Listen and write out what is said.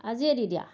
আজিয়ে দি দিয়া